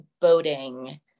boating